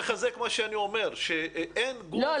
אבל זה רק מחזק מה שאני אומר: שאין גוף --- לא.